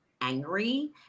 angry